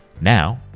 now